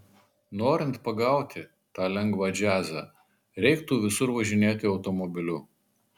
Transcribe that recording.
norint pagauti tą lengvą džiazą reiktų visur važinėti automobiliu